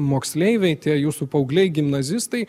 moksleiviai tie jūsų paaugliai gimnazistai